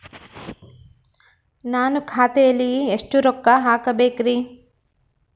ನಾನು ಖಾತೆಯಲ್ಲಿ ಎಷ್ಟು ರೊಕ್ಕ ಹಾಕಬೇಕ್ರಿ?